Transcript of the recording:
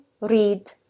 read